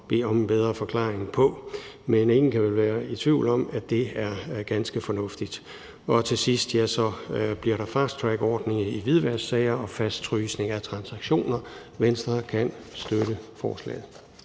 bedre forklaring på, men ingen kan vel være i tvivl om, at det er ganske fornuftigt. Til sidst bliver der lavet en fasttrackordning i hvidvasksager og fastfrysning af transaktioner. Venstre kan støtte lovforslaget.